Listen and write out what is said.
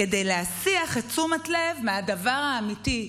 כדי להסיח את תשומת הלב מהדבר האמיתי,